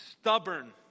stubborn